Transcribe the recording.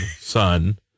son